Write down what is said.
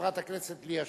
חברת הכנסת ליה שמטוב.